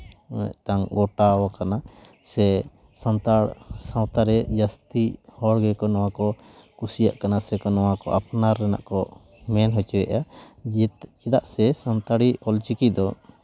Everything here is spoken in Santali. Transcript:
ᱢᱤᱫᱴᱟᱝ ᱜᱚᱴᱟ ᱟᱠᱟᱱᱟ ᱥᱮ ᱥᱟᱱᱛᱟᱲ ᱥᱟᱶᱛᱟ ᱨᱮ ᱡᱟᱹᱥᱛᱤ ᱦᱚᱲ ᱜᱮᱠᱚ ᱱᱚᱣᱟ ᱠᱚ ᱠᱩᱥᱤᱭᱟᱜ ᱠᱟᱱᱟ ᱥᱮᱠᱚ ᱱᱚᱣᱟ ᱠᱚ ᱟᱯᱱᱟᱨ ᱨᱮᱱᱟᱜ ᱠᱚ ᱢᱮᱱ ᱦᱚᱪᱚᱭᱮᱜᱼᱟ ᱡᱮ ᱪᱮᱫᱟᱜ ᱥᱮ ᱥᱟᱱᱛᱟᱲᱤ ᱚᱞ ᱪᱤᱠᱤ ᱫᱚ